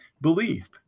belief